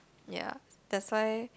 ya that's why